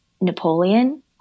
Napoleon